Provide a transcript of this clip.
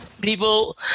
people